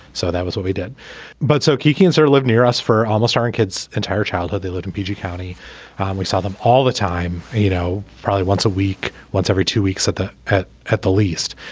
so that was what we did but so kiki is sort of lived near us for almost aren't kids entire childhood they lived in p g. county we saw them all the time you know probably once a week once every two weeks at the at at the least.